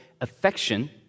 affection